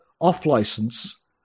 off-license